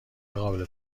قابل